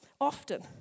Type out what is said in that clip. often